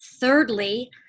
Thirdly